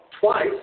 Twice